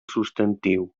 substantiu